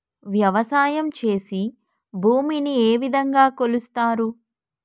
వ్యవసాయం చేసి భూమిని ఏ విధంగా కొలుస్తారు?